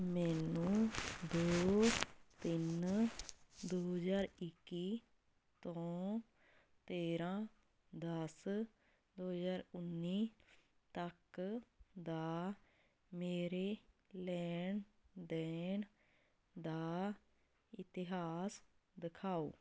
ਮੈਨੂੰ ਦੋ ਤਿੰਨ ਦੋ ਹਜ਼ਾਰ ਇੱਕੀ ਤੋਂ ਤੇਰਾਂ ਦਸ ਦੋ ਹਜ਼ਾਰ ਉੱਨੀ ਤੱਕ ਦਾ ਮੇਰੇ ਲੈਣ ਦੇਣ ਦਾ ਇਤਿਹਾਸ ਦਿਖਾਓ